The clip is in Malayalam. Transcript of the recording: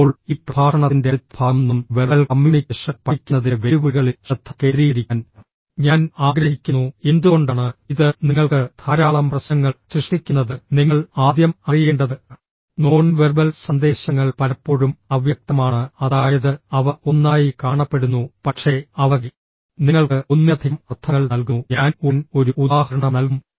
ഇപ്പോൾ ഈ പ്രഭാഷണത്തിന്റെ അടുത്ത ഭാഗം നോൺ വെർബൽ കമ്മ്യൂണിക്കേഷൻ പഠിക്കുന്നതിന്റെ വെല്ലുവിളികളിൽ ശ്രദ്ധ കേന്ദ്രീകരിക്കാൻ ഞാൻ ആഗ്രഹിക്കുന്നു എന്തുകൊണ്ടാണ് ഇത് നിങ്ങൾക്ക് ധാരാളം പ്രശ്നങ്ങൾ സൃഷ്ടിക്കുന്നത് നിങ്ങൾ ആദ്യം അറിയേണ്ടത് നോൺ വെർബൽ സന്ദേശങ്ങൾ പലപ്പോഴും അവ്യക്തമാണ് അതായത് അവ ഒന്നായി കാണപ്പെടുന്നു പക്ഷേ അവ നിങ്ങൾക്ക് ഒന്നിലധികം അർത്ഥങ്ങൾ നൽകുന്നു ഞാൻ ഉടൻ ഒരു ഉദാഹരണം നൽകും